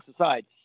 aside